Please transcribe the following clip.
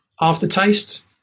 aftertaste